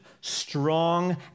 strong